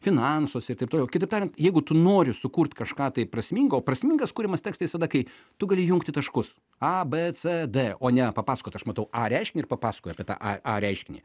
finansuose ir taip toliau kitaip tariant jeigu tu nori sukurt kažką tai prasmingo o prasmingas kuriamas tekstais tada kai tu gali jungti taškus a b c d o ne papasakot aš matau a reiškinį ir papasakoju apie tą a a reiškinį